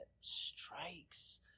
strikes